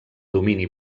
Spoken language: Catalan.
domini